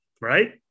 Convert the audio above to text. Right